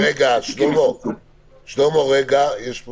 אני חושב